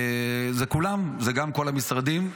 זה כולם, זה גם כל המשרדים,